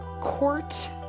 court